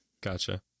Gotcha